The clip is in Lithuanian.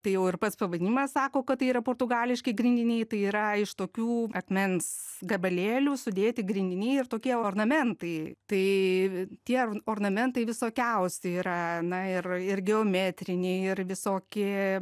tai jau ir pats pavadinimas sako kad tai yra portugališki grindiniai tai yra iš tokių akmens gabalėlių sudėti grindiniai ir tokie ornamentai tai tie ornamentai visokiausi yra na ir ir geometriniai ir visokie